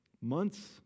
months